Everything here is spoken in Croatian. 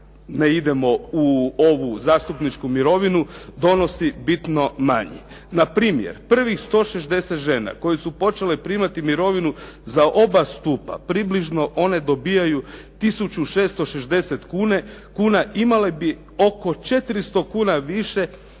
ne idemo u ovu zastupničku mirovinu donosi bitno manje. Na primjer, prvih 160 žena koje su počele primati mirovinu za oba stupa približno one dobivaju tisuću 660 kuna imale bi oko 400 kuna više